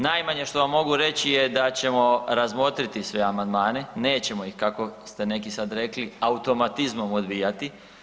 Najmanje što vam mogu reći je da ćemo razmotriti sve amandmane, nećemo ih kako ste neki sad rekli automatizmom odbijati.